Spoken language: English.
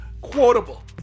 quotable